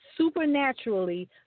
supernaturally